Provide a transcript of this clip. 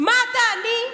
מה, אתה עני?